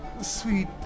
sweet